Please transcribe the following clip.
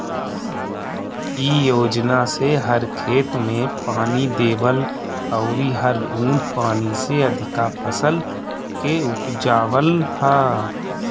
इ योजना से हर खेत में पानी देवल अउरी हर बूंद पानी से अधिका फसल के उपजावल ह